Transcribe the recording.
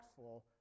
impactful